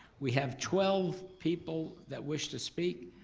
we have twelve people that wish to speak.